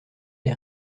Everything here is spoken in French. les